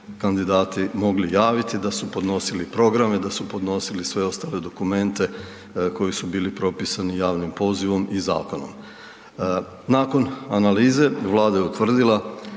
kandidati mogli javiti, da su podnosili programe, da su podnosili sve ostale dokumente koji su bili propisani javnim pozivom i zakonom. Nakon analize Vlada je utvrdila